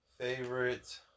favorite